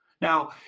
Now